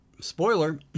Spoiler